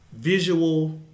visual